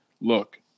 look